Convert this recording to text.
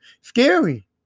scary